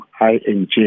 ING